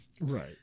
Right